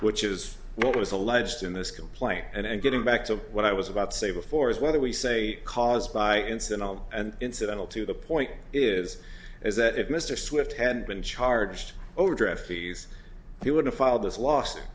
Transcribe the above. which is what was alleged in this complaint and getting back to what i was about say before is whether we say caused by instant all and incidental to the point is is that if mr swift had been charged overdraft fees he would have filed this lawsuit